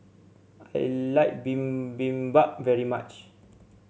I like Bibimbap very much